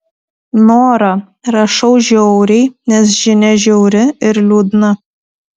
nora rašau žiauriai nes žinia žiauri ir liūdna